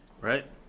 right